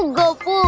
gopu.